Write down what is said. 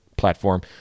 platform